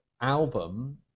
album